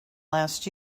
last